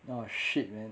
no shit man